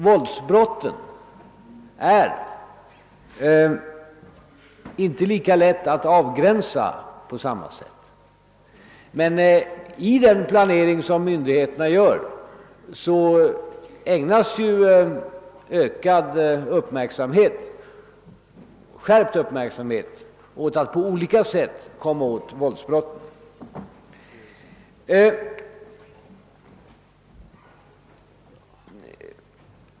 Våldsbrotten är inte lika lätta att avgränsa på samma sätt. Men i den planering som myndigheterna gör ägnas skärpt uppmärksamhet åt att på olika sätt komma åt våldsbrotten.